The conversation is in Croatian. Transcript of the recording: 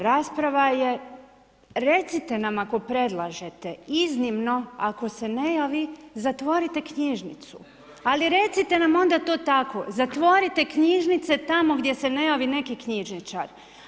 Recite nam ako predlažete, iznimno, ako se ne javi, zatvorite knjižnicu, ali recite nam to tako, zatvorite knjižnice tamo gdje se ne javi neki knjižničar.